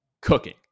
cooking